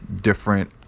different